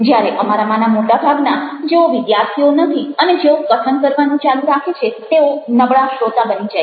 જ્યારે અમારામાંના મોટા ભાગના જેઓ વિદ્યાર્થીઓ નથી અને જેઓ કથન કરવાનું ચાલુ રાખે છે તેઓ નબળા શ્રોતા બની જાય છે